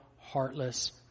heartless